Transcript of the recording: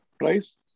price